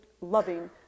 loving